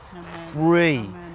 free